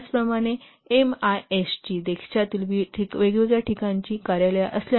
त्याचप्रमाणे एमआयएस ची देशातील वेगवेगळ्या ठिकाणी कार्यालये असल्याने